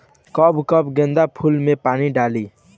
कब कब गेंदा फुल में पानी डाली?